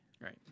Right